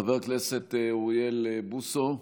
חבר הכנסת אוריאל בוסו,